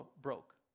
broke